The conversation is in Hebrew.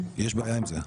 יש בעיה עם זה.